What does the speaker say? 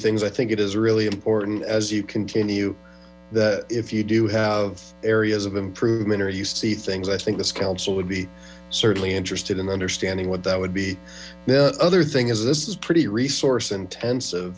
things i think it is really important as you continue that if you do have areas of improvement or you see things i think this council would be certainly interested in understanding what that would be the other thing is this is pretty resource intens